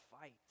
fight